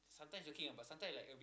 sometimes joking ah but sometime like a bit